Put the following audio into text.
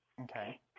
Okay